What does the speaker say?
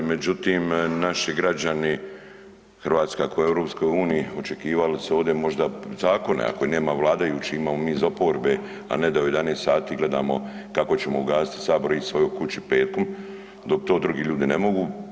Međutim naši građani Hrvatska koja je u EU očekivali su ovdje možda zakone, ako ih nemaju vladajući imamo mi iz oporbe, a ne da u 11 sati gledamo kako ćemo ugasiti sabor i ići svojoj kući petkom dok to drugi ljudi ne mogu.